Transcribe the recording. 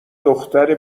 دختر